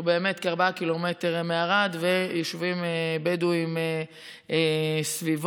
שהוא באמת כ-4 ק"מ מערד ומיישובים בדואיים סביבו.